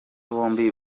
bombi